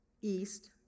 east